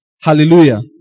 Hallelujah